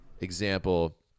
Example